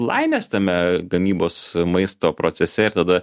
laimės tame gamybos maisto procese ir tada